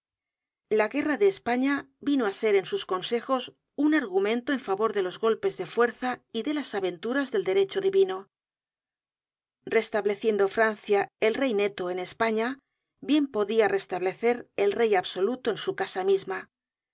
la guerra de españa vino á ser en sus consejos un argumento en favor de los golpes de fuerza y de las aventuras del derecho divino restableciendo francia el rey neto en españa bien podia restablecer el rey absoluto en su casa misma